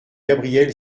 gabriel